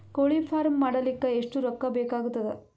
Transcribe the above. ಕೋಳಿ ಫಾರ್ಮ್ ಮಾಡಲಿಕ್ಕ ಎಷ್ಟು ರೊಕ್ಕಾ ಬೇಕಾಗತದ?